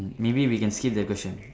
maybe we can skip the question